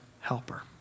helper